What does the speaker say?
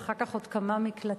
ואחר כך עוד כמה מקלטים.